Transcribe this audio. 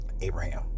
Abraham